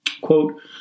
Quote